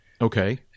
okay